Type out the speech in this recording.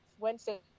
wednesday